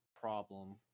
problem